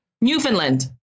newfoundland